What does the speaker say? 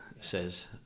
says